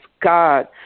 God